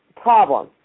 problem